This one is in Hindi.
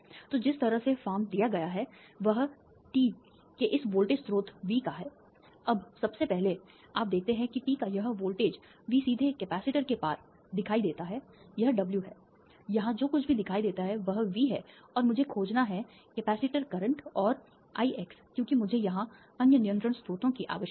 तो जिस तरह से फॉर्म दिया गया है वह टी के इस वोल्टेज स्रोत वी का है अब सबसे पहले आप देखते हैं कि टी का यह वोल्टेज वी सीधे कैपेसिटर के पार दिखाई देता है यह डब्ल्यू है यहां जो कुछ भी दिखाई देता है वह वी है और मुझे खोजना है कैपेसिटर करंट और I x क्योंकि मुझे यहां अन्य नियंत्रण स्रोतों की आवश्यकता है